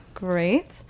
Great